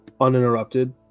uninterrupted